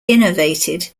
innervated